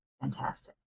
fantastic